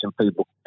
people